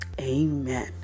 Amen